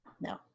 No